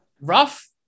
rough